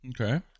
Okay